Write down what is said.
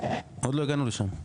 עוד לא הגענו לשם.